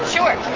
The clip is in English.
Sure